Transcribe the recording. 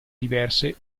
diverse